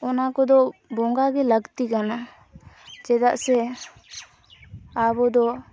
ᱚᱱᱟ ᱠᱚᱫᱚ ᱵᱚᱸᱜᱟᱜᱮ ᱞᱟᱹᱠᱛᱤ ᱠᱟᱱᱟ ᱪᱮᱫᱟᱜ ᱥᱮ ᱟᱵᱚᱫᱚ